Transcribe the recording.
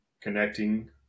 connecting